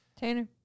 Tanner